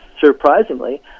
surprisingly